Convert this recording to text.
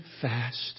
fast